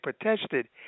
protested